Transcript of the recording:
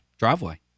driveway